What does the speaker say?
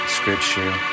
scripture